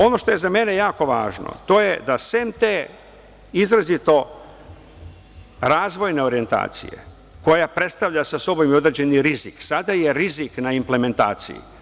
Ono što je za mene jako važno, sem te izrazito razvojne orijentacije koja predstavlja sa sobom i određeni rizik, sada je rizik na implementaciji.